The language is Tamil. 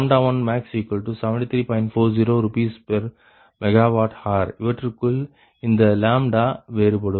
40 RsMWhr இவற்றிற்குள் இந்த வேறுபடும்